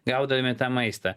gaudami tą maistą